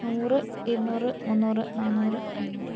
നൂറ് ഇരുന്നൂറ് മുന്നൂറ് നാനൂറ് അഞ്ഞൂറ്